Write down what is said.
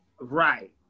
Right